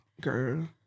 Girl